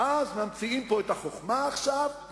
ואז ממציאים פה את החוכמה עכשיו,